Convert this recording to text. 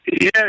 Yes